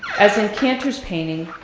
as in kantor's painting,